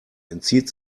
entzieht